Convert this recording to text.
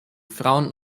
frauen